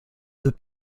deux